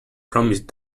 promised